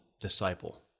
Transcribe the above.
disciple